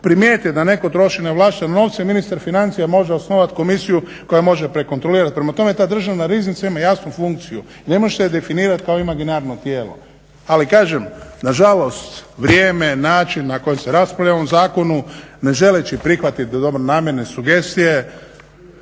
primijetite da netko troši neovlašteno novce ministar financija može osnovati komisiju koja može prekontrolirati. Prema tome, ta Državna riznica ima jasnu funkciju i ne možete je definirati kao imaginarno tijelo. Ali kažem na žalost vrijeme, način na koji se raspravlja o ovom zakonu, ne želeći prihvatiti dobronamjerne sugestije